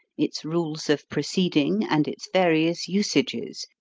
its rules of proceeding, and its various usages,